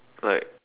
like